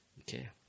Okay